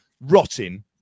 rotting